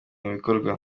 bikorwa